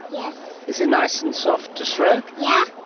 yes. is it nice and soft to stroke? yeah